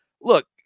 look